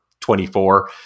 24